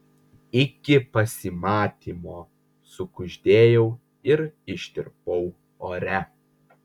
iki pasimatymo sukuždėjau ir ištirpau ore